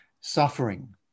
suffering